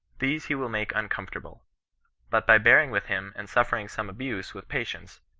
these he will make uncomfortable but by bearing with him, and suffering some abuse with pa tience,